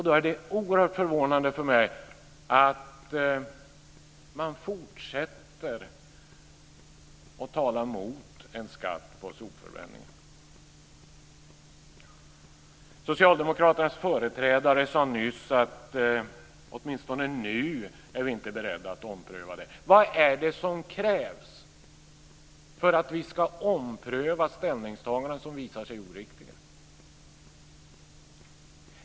Då är det oerhört förvånande för mig att man fortsätter att tala emot en skatt på sopförbränningen. Socialdemokraternas företrädare sade nyss att de åtminstone inte nu är beredda att ompröva. Vad är det som krävs för att vi ska ompröva ställningstaganden som visar sig oriktiga?